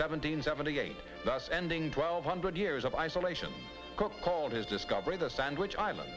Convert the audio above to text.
seventeen seventy eight thus ending twelve hundred years of isolation called his discovery the sandwich island